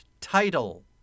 title